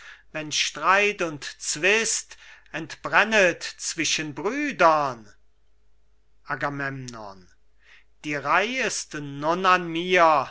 wenn streit und zwist entbrennet zwischen brüdern agamemnon die reih ist nun an mir